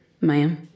Ma'am